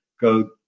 go